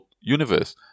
universe